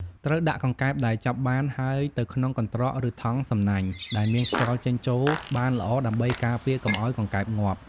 ត្រូវដាក់កង្កែបដែលចាប់បានហើយទៅក្នុង កន្ត្រក ឬ ថង់សំណាញ់ ដែលមានខ្យល់ចេញចូលបានល្អ ដើម្បីការពារកុំឲ្យកង្កែបងាប់។